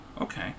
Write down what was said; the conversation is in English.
okay